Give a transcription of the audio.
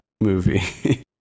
movie